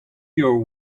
your